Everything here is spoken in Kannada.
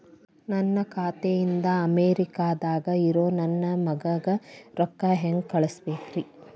ನನ್ನ ಖಾತೆ ಇಂದ ಅಮೇರಿಕಾದಾಗ್ ಇರೋ ನನ್ನ ಮಗಗ ರೊಕ್ಕ ಹೆಂಗ್ ಕಳಸಬೇಕ್ರಿ?